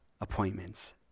appointments